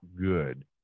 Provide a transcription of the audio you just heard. good